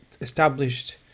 established